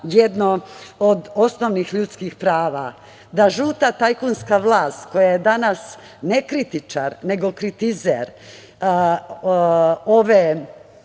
jedno od osnovnih ljudskih prava. Da žuta tajkunska vlast koja je danas ne kritičar, nego kritizer ove